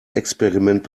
experiment